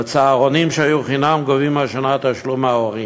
בצהרונים, שהיו חינם, גובים השנה תשלום מההורים.